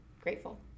grateful